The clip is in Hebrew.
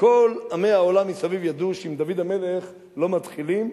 וכל עמי העולם מסביב ידעו שעם דוד המלך לא מתחילים,